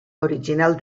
original